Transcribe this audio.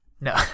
No